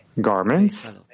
garments